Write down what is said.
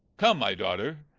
come, my daughter,